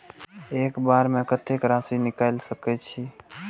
एक बार में कतेक राशि निकाल सकेछी?